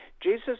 jesus